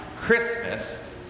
Christmas